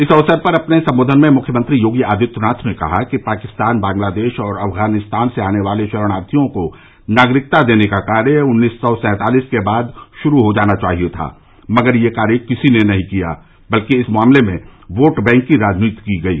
इस अवसर पर अपने सम्बोधन में मुख्यमंत्री योगी आदित्यनाथ ने कहा कि पाकिस्तान बांग्लादेश और अफगानिस्तान से आने वाले शरणार्थियों को नागरिकता देने का कार्य उन्नीस सौ सैंतालिस के बाद शुरू हो जाना चाहिये था मगर यह कार्य किसी ने नहीं किया बल्कि इस मामले में वोट बैंक की राजनीति की गई